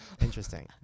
interesting